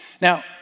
Now